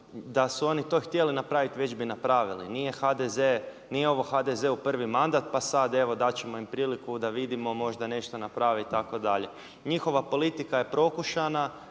da su oni to htjeli napraviti već bi napravili. Nije HDZ, nije ovo HDZ-u prvi mandat pa sad evo dat ćemo im priliku da vidimo možda nešto naprave itd. Njihova politika je prokušana,